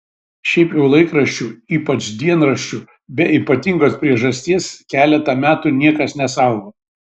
šiaip jau laikraščių ypač dienraščių be ypatingos priežasties keletą metų niekas nesaugo